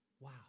Wow